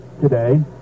today